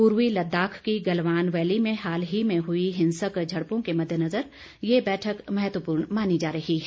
पूर्वी लद्दाख की गलवान वैली में हाल में हुई हिंसक झड़पों के मद्देनजर यह बैठक महत्वपूर्ण मानी जा रही है